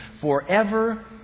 forever